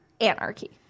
Anarchy